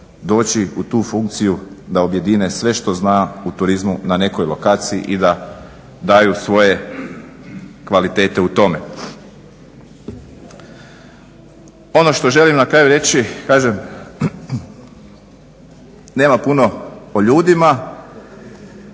doći u tu funkciju da objedine sve što zna u turizmu na nekoj lokaciji i da daju svoje kvalitete u tome. Ono što želim na kraju reći, kažem nema puno o ljudima,